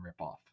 ripoff